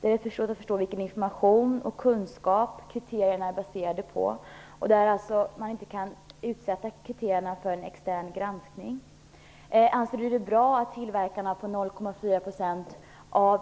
Det är svårt att förstå vilken information och kunskap kriterierna är baserade på och man kan inte utsätta kriterierna för en extern granskning. Anser Karin Olsson att det är bra att tillverkarna använder ett system där